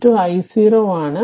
t I0 ആണ്